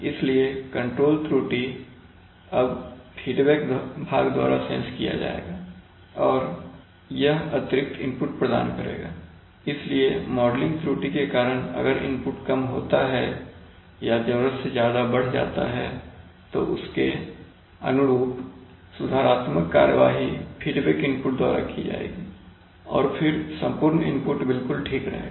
इसलिए कंट्रोल त्रुटि अब फीडबैक भाग द्वारा सेंस किया जाएगा और यह अतिरिक्त इनपुट प्रदान करेगा इसलिए मॉडलिंग त्रुटि के कारण अगर इनपुट कम होता है या जरूरत से ज्यादा बढ़ जाता है तो उसके अनुरूप सुधारात्मक कार्यवाही फीडबैक इनपुट द्वारा की जाएगी और फिर संपूर्ण इनपुट बिल्कुल ठीक रहेगा